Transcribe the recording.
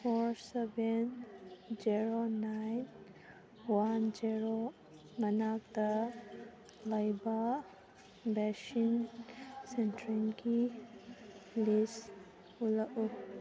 four seven zero nine one zero ꯃꯅꯥꯛꯇ ꯂꯩꯕ vaccine ꯁꯦꯟꯇꯔꯒꯤ ꯂꯤꯁ ꯎꯠꯂꯛꯎ